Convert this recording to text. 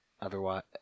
otherwise